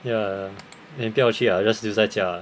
ya then 不要去了 just 留在家